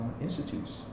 institutes